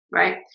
right?